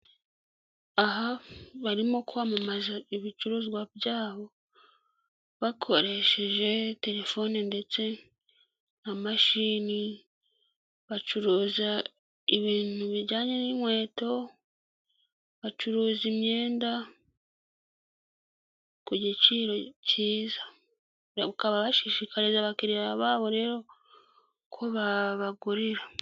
Aha barimo kwamamaza ibicuruzwa byabo bakoresheje telefone ndetse na mashini, bacuruza ibintu bijyanye n'inkweto, bacuruza imyenda ku giciro cyiza. Bakaba bashishikariza abakiliriya babo rero ko babagurira.